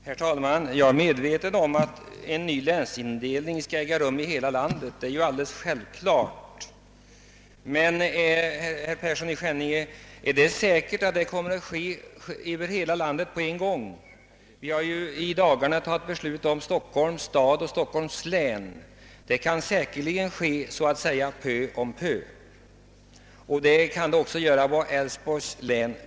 Herr talman! Jag är självfallet medveten om att en ny länsindelning skall genomföras över hela landet. Men, herr Persson i Skänninge, är det säkert att denna kommer att göras i hela landet på en gång? Vi har ju i dagarna fattat beslut om enbart Stockholms stad och Stockholms län. De nya indelningarna kommer säkerligen att ske etappvis även i fortsättningen och kan komma att gälla även beträffande Älvsborgs län.